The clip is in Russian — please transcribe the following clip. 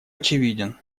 очевиден